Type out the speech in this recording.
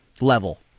level